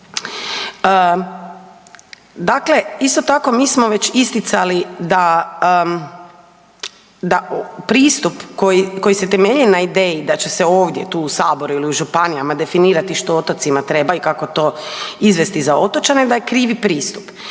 Dakle, isto tako, mi smo već isticali da pristup koji se temelji na ideju da će ovdje, tu u Saboru ili u županijama definirati što otocima treba i kako to izvesti za otočane, da je krivi pristup